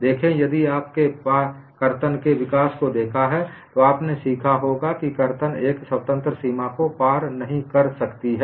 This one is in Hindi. देखें यदि आपने कर्तन के विकास को देखा है तो आपने सीखा होगा कि कर्तन एक स्वतंत्र सीमा को पार नहीं कर सकती है